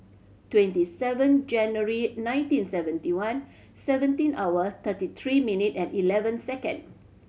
twenty seven January nineteen seventy one seventeen hour thirty three minute and eleven second